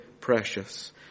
precious